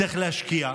צריך להשקיע,